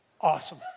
awesome